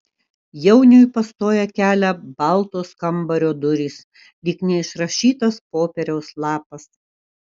jauniui pastoja kelią baltos kambario durys lyg neišrašytas popieriaus lapas